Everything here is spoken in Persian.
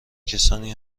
کسانی